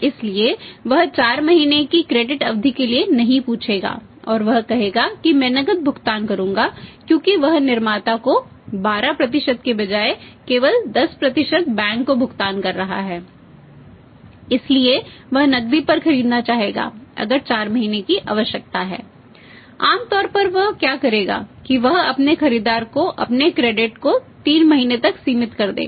इसलिए वह 4 महीने की क्रेडिट को 3 महीने तक सीमित कर देगा